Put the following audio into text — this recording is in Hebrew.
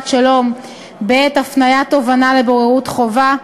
שלום בעת הפניית תובענה לבוררות חובה,